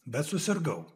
bet susirgau